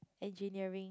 engineering